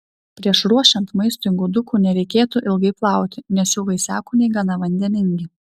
prieš ruošiant maistui gudukų nereikėtų ilgai plauti nes jų vaisiakūniai gana vandeningi